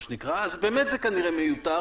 אז באמת זה כנראה מיותר